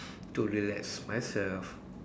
to relax myself